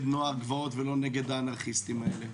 נגד נוער הגבעות ולא נגד האנרכיסטים האלה?